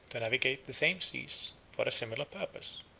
to navigate the same seas for a similar purpose.